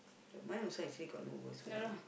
then mine also actually got no worst one ah